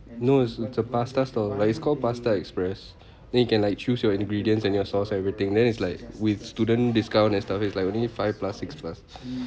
no it's the pasta store like it's called pasta express then you can like choose your ingredients and your sauce everything then it's like with student discount and stuff is like only five plus six plus